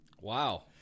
Wow